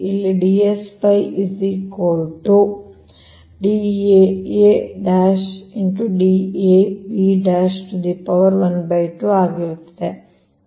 ಇಲ್ಲಿ ಆಗಿರುತ್ತದೆ